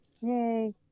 Yay